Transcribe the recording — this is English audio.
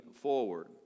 forward